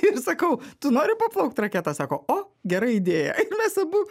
ir sakau tu nori paplaukt raketa sako o gera idėja ir mes abu